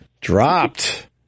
Dropped